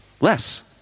Less